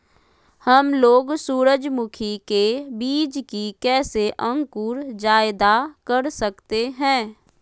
हमलोग सूरजमुखी के बिज की कैसे अंकुर जायदा कर सकते हैं?